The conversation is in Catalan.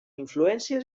influències